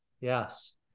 Yes